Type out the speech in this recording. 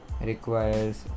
requires